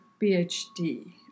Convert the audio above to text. PhD